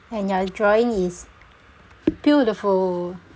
and your drawing is beautiful